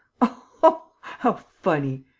oh, how funny.